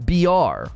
BR